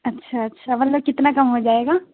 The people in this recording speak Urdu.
اچھا اچھا مطلب کتنا کم ہو جائے گا